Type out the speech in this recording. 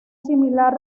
similar